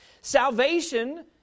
Salvation